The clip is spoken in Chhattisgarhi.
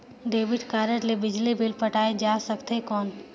डेबिट कारड ले बिजली बिल पटाय जा सकथे कौन?